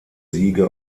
siege